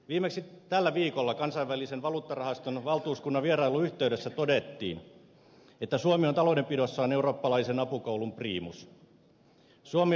viimeksi tällä viikolla kansainvälisen valuuttarahaston valtuuskunnan vierailun yhteydessä todettiin että suomi on taloudenpidossaan eurooppalaisen apukoulun priimus